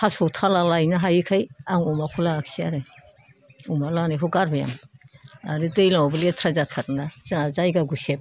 थास' थाला लायनो हायैखाय आं अमाखौ लायाखसै आरो अमा लानायखौ गारबाय आं आरो दैज्लाङावबो लेथ्रा जाथारोना जोंहा जायगा गुसेब